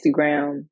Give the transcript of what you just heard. Instagram